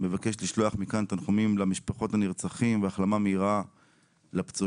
מבקש לשלוח מכאן תנחומים למשפחות הנרצחים והחלמה מהירה לפצועים.